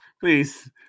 please